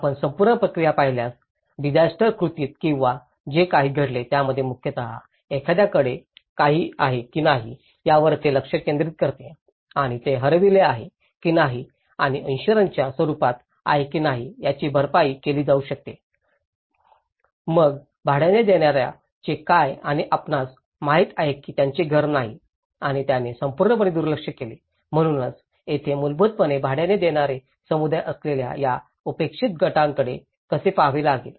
आपण संपूर्ण प्रक्रिया पाहिल्यास डिसायस्टर कृतीत किंवा जे काही घडले त्यामध्ये मुख्यतः एखाद्याकडे काही आहे की नाही यावर ते लक्ष केंद्रित करते आणि ते हरवले आहे की नाही आणि इन्शुरन्सच्या स्वरूपात आहे की नाही याची भरपाई केली जाऊ शकते च्या मग भाड्याने देणाऱ्या चे काय आपणास माहित आहे की त्याचे घर नाही आणि त्याने पूर्णपणे दुर्लक्ष केले म्हणूनच येथे मूलभूतपणे भाड्याने देणारे समुदाय असलेल्या या उपेक्षित गटांकडे कसे पहावे लागेल